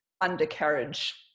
undercarriage